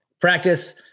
practice